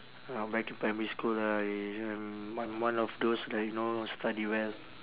uh back in primary school I I'm one one of those like you know study well